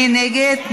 מי נגד?